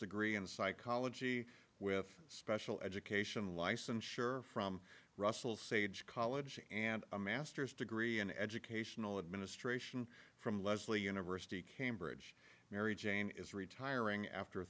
degree in psychology with special education license sure from russell sage college and a master's degree in educational administration from lesley university cambridge mary jane is retiring after